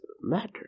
matter